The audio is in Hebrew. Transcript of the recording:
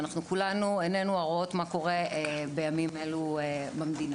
ואנחנו כולנו עיינינו הרואות מה קורה בימים אלה במדינה.